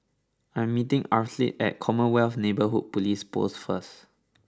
I am meeting Arleth at Commonwealth Neighbourhood Police Post first